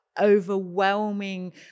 overwhelming